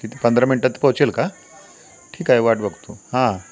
तिथे पंधरा मिनटात पोहोचेल का ठीक आहे वाट बघतो हां